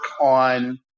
on